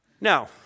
Now